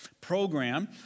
program